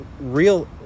real